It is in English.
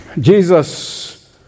Jesus